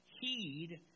heed